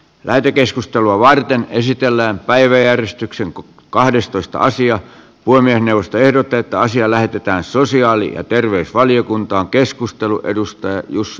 lähetekeskustelua varten esitellään päiväjärjestyksenko kahdestoista asiat poimien puhemiesneuvosto ehdottaa että asia lähetetään sosiaali ja terveysvaliokuntaan